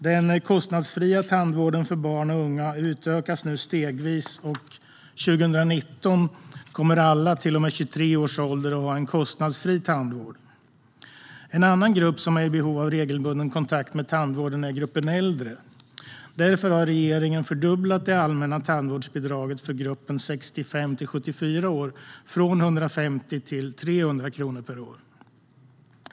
Den kostnadsfria tandvården för barn och unga utökas nu stegvis, och 2019 kommer alla till och med 23 års ålder att ha en kostnadsfri tandvård. En annan grupp som är i behov av regelbunden kontakt med tandvården är de äldre. Regeringen har därför fördubblat det allmänna tandvårdsbidraget för gruppen 65-74 år från 150 till 300 kronor per år.